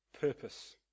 purpose